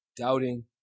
doubting